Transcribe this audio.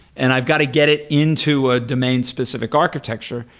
and i've got to get it into a domain-specific architecture,